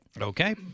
Okay